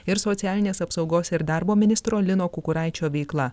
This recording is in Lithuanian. ir socialinės apsaugos ir darbo ministro lino kukuraičio veikla